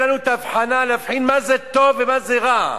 לנו ההבחנה להבחין מה זה טוב ומה זה רע,